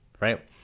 Right